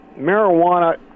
marijuana